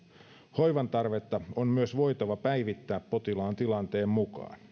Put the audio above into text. hoivan tarvetta on myös voitava päivittää potilaan tilanteen mukaan